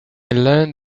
learned